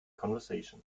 conversation